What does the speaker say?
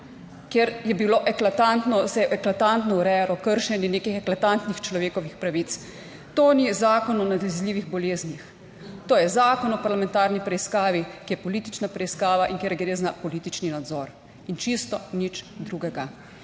izbrisanih, kjer se je eklatantno urejalo kršenje nekih eklatantnih človekovih pravic. To ni Zakon o nalezljivih boleznih. To je Zakon o parlamentarni preiskavi, ki je politična preiskava in kjer gre za politični nadzor. In čisto nič drugega.